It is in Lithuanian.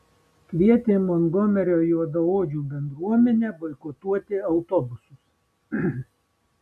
kvietė montgomerio juodaodžių bendruomenę boikotuoti autobusus